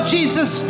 Jesus